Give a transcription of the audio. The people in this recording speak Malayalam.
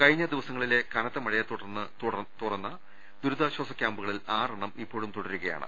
കഴിഞ്ഞ ദിവസങ്ങളിലെ കനത്ത മഴയെ തുടർന്ന് തുറന്ന ദുരിതാശ്ചാസ ക്യാമ്പു കളിൽ ആറെണ്ണം ഇപ്പോഴും തുടരുകയാണ്